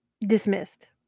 dismissed